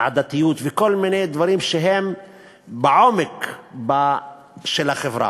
וכל מיני דברים שהם בעומק של החברה,